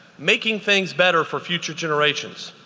making things better for future generations.